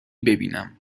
ببینم